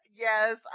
Yes